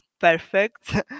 perfect